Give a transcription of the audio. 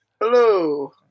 Hello